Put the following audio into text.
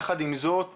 יחד עם זאת,